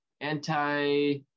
anti